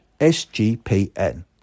SGPN